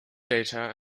data